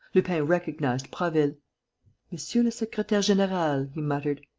lupin recognized prasville monsieur le secretaire-general, he muttered,